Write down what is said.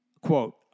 Quote